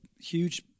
huge